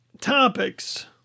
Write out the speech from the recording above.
topics